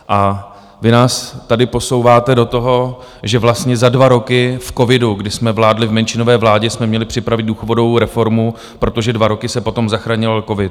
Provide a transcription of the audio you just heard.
A vy nás tady posouváte do toho, že vlastně za dva roky v covidu, kdy jsme vládli v menšinové vládě, jsme měli připravit důchodovou reformu, protože dva roky se potom zachraňoval covid.